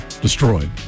Destroyed